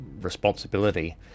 responsibility